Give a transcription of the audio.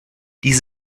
dies